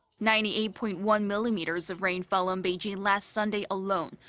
ninety eight point one millimeters of rain fell on beijing last sunday alone,